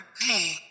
hey